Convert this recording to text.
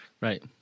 Right